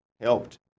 helped